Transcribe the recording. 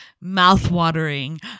mouth-watering